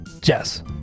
Jess